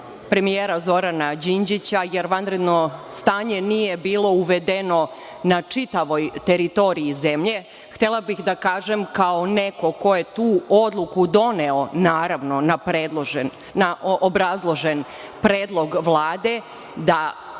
premijera Zorana Đinđića, jer vanredno stanje nije bilo uvedeno na čitavoj teritoriji zemlje, htela bih da kažem kao neko ko je tu odluku doneo, naravno, na na obrazložen predlog Vlade, da